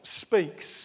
speaks